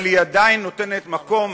אבל היא עדיין נותנת מקום